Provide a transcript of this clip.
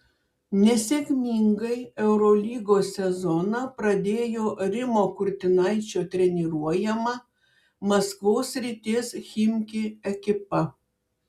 nesėkmingai eurolygos sezoną pradėjo rimo kurtinaičio treniruojama maskvos srities chimki ekipa